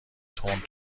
تند